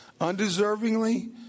Undeservingly